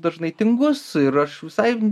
dažnai tingus ir aš visai